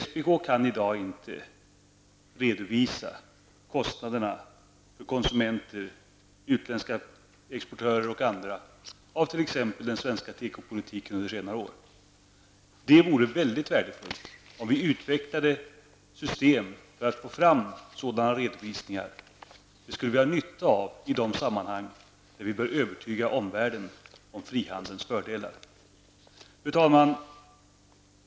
SPK kan i dag inte redovisa kostnaderna för konsumenter, utländska exportörer och andra till följd av t.ex. den svenska tekopolitiken under senare år. Det vore mycket värdefullt om vi kunde utveckla ett system för att få fram sådana redovisningar. Det skulle vi ha nytta av i de sammanhang där vi bör övertyga omvärlden om frihandelns fördelar. Fru talman!